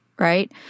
right